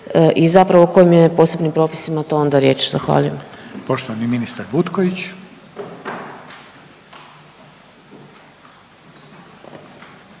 i zapravo o kojim je posebnim propisima to onda riječ. Zahvaljujem. **Reiner, Željko